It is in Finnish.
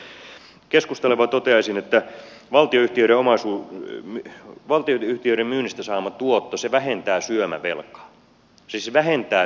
keskustalle vain toteaisin että valtionyhtiöiden myynnistä saatava tuotto vähentää syömävelkaa siis se vähentää syömävelkaa eikä lisää